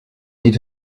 need